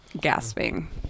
gasping